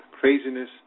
craziness